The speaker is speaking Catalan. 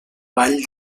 vall